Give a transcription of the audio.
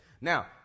Now